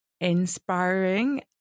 inspiring